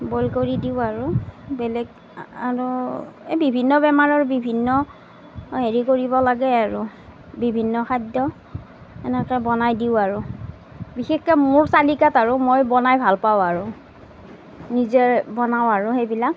boil কৰি দিওঁ আৰু বেলেগ আৰু এই বিভিন্ন বেমাৰৰ বিভিন্ন হেৰি কৰিব লাগে আৰু বিভিন্ন খাদ্য এনেকৈ বনাই দিওঁ আৰু বিশেষকৈ মোৰ তালিকাত মই বনাই ভাল পাওঁ আৰু নিজে বনাওঁ আৰু নিজে বনাওঁ আৰু সেইবিলাক